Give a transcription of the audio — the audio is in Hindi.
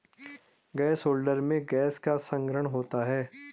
गैस होल्डर में गैस का संग्रहण होता है